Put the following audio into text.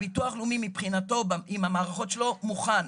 הביטוח הלאומי, מבחינתו, עם המערכות שלו, מוכן.